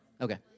Okay